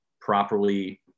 properly